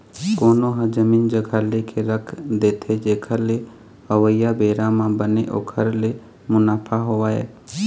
कोनो ह जमीन जघा लेके रख देथे जेखर ले अवइया बेरा म बने ओखर ले मुनाफा होवय